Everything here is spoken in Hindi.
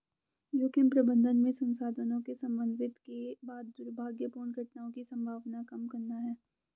जोखिम प्रबंधन में संसाधनों के समन्वित के बाद दुर्भाग्यपूर्ण घटनाओं की संभावना कम करना है